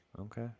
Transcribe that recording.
Okay